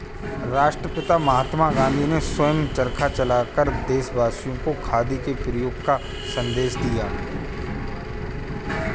राष्ट्रपिता महात्मा गांधी ने स्वयं चरखा चलाकर देशवासियों को खादी के प्रयोग का संदेश दिया